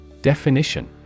Definition